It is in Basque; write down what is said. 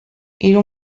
hiru